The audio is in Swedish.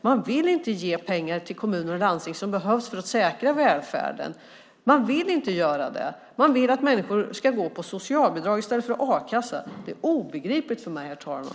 Man vill inte ge pengar till kommuner och landsting som behövs för att säkra välfärden. Man vill inte göra det. Man vill att människor ska gå på socialbidrag i stället för a-kassa. Det är obegripligt för mig, herr talman.